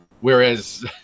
whereas